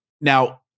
Now